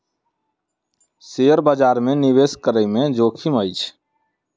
share बजार में निवेश करै में जोखिम अछि